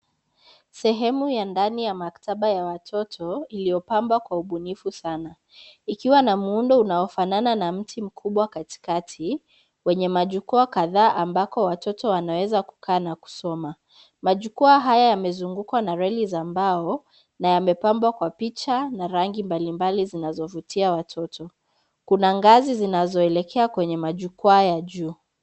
Sehemu ya ndani ya maktaba ya watoto iliyopambwa kwa ubunifu sana. Ikiwa na muundo unaofanana na mti mkubwa katikati, wenye majukwaa kadhaa ambako watoto wanaweza kukaa na kusoma. Majukwaa haya yamezungukwa na reli za mbao na yamepambwa kwa picha na rangi mbalimbali zinazovutia watoto. Kuna ngazi zinazoelekea kwenye majukwaa ya juu.